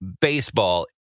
baseball